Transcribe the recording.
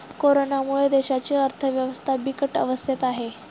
कोरोनामुळे देशाची अर्थव्यवस्था बिकट अवस्थेत आहे